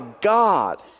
God